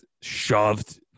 shoved